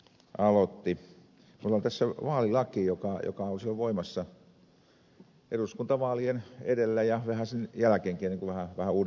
minulla on tässä vaalilaki joka oli silloin voimassa eduskuntavaalien edellä ja vähän sen jälkeenkin ja jota vähän uudistettiin